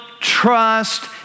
trust